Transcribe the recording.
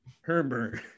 Herbert